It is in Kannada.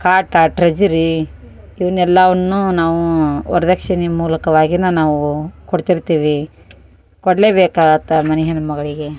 ಕಾಟ ಟ್ರೆಸಿರಿ ಇವ್ನ ಎಲ್ಲವನ್ನು ನಾವು ವರದಕ್ಷಿಣಿ ಮೂಲಕವಾಗಿ ನಾವು ಕೊಡ್ತಿರ್ತೀವಿ ಕೊಡ್ಲೆ ಬೇಕಾಗತ್ತೆ ಮನೆ ಹೆಣ್ಣು ಮಗಳಿಗೆ